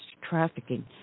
trafficking